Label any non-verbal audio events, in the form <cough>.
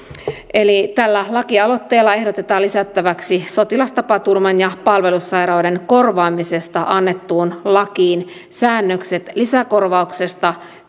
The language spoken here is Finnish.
eli tällä lakialoitteella ehdotetaan lisättäväksi sotilastapaturman ja palvelussairauden korvaamisesta annettuun lakiin säännökset lisäkorvauksesta <unintelligible>